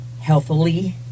healthily